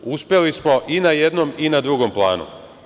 Uspeli smo i na jednom i na drugom planu.